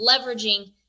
leveraging